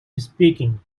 speaking